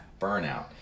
burnout